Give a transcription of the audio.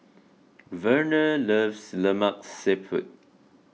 Verner loves Lemak Siput